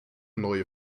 neue